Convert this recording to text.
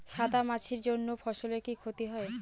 সাদা মাছির জন্য ফসলের কি ক্ষতি হয়?